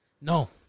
No